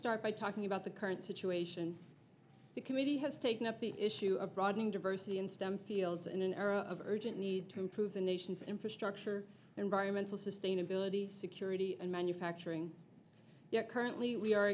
start by talking about the current situation the committee has taken up the issue of broadening diversity in stem fields in an era of urgent need to improve the nation's infrastructure and by mental sustainability security and manufacturing yet currently we are